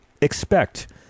expect